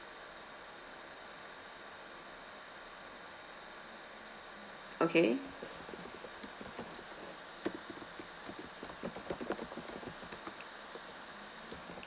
okay